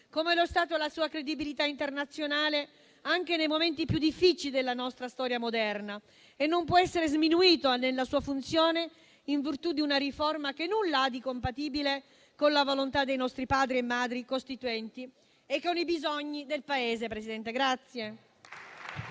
come lo è stata la sua credibilità internazionale anche nei momenti più difficili della nostra storia moderna e non può essere sminuito nella sua funzione in virtù di una riforma che nulla ha di compatibile con la volontà dei nostri Padri e Madri costituenti e con i bisogni del Paese.